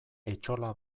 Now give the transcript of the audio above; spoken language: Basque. etxola